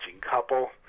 couple